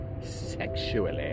sexually